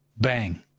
Bang